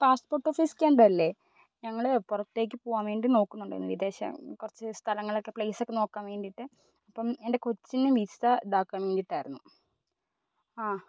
passport office കേന്ദ്രം അല്ലേ ഞങ്ങൾ പുറത്തേക്ക് പോവാൻ വേണ്ടി നോക്കുന്നുണ്ടായിരുന്നു വിദേശം കൊറച്ച് സ്ഥലങ്ങളൊക്കെ പ്ലേസൊക്കെ നോക്കാൻ വേണ്ടിയിട്ട് അപ്പം എൻ്റെ കൊച്ചിന് വിസ ഇതാക്കാൻ വേണ്ടിയിട്ടായിരുന്നു ആ